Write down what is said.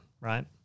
right